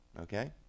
okay